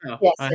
Yes